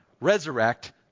resurrect